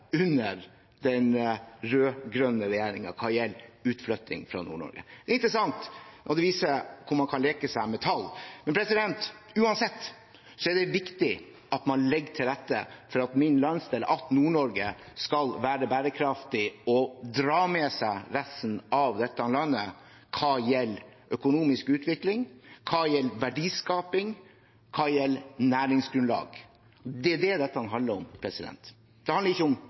under den rød-grønne regjeringen hva gjelder utflytting fra Nord-Norge. Det er interessant, og det viser hvordan man kan leke seg med tall. Uansett er det viktig at man legger til rette for at min landsdel, Nord-Norge, skal være bærekraftig og dra med seg resten av dette landet hva gjelder økonomisk utvikling, hva gjelder verdiskaping, hva gjelder næringsgrunnlag. Det er det dette handler om. Det handler ikke